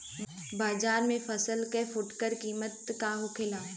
बाजार में फसल के फुटकर कीमत का होखेला?